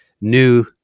new